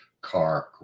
car